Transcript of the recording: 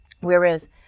whereas